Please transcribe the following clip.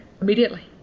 immediately